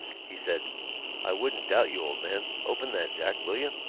he said i wouldn't doubt you, old man. open that, jack, will you?